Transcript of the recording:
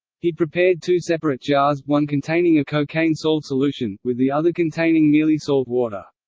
he prepared two separate jars, one containing a cocaine-salt solution, with the other containing merely salt water.